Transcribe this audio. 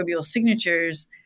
signatures